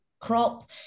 crop